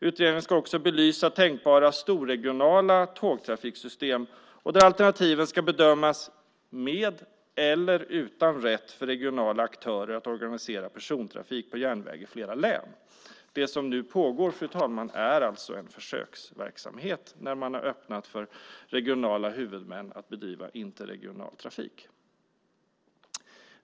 Utredningen ska också belysa tänkbara storregionala tågtrafikssystem, och de alternativen ska bedömas med eller utan rätt för regionala aktörer att organisera persontrafik på järnväg i flera län. Det som nu pågår, fru talman, är alltså en försöksverksamhet där man har öppnat för regionala huvudmän att bedriva interregional trafik.